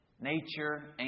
Nature